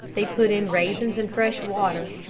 they put in raisins and fresh water.